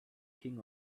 king